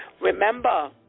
Remember